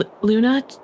Luna